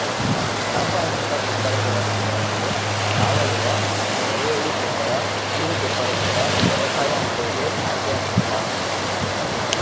ರಾಸಾಯನಿಕ ಗೊಬ್ಬರಗಳನ್ನು ಬಳಸದೆ ಸಾವಯವ, ಎರೆಹುಳು ಗೊಬ್ಬರ ಹಸಿರು ಗೊಬ್ಬರದಿಂದ ವ್ಯವಸಾಯ ಮಾಡುವುದೇ ಆರ್ಗ್ಯಾನಿಕ್ ಫಾರ್ಮಿಂಗ್